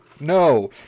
no